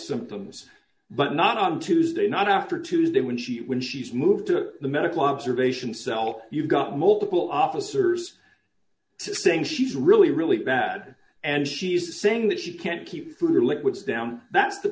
symptoms but not on tuesday not after tuesday when she when she's moved to the medical observation cell you've got multiple officers saying she's really really bad and she's saying that she can't keep food or liquids down that's the